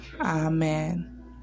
amen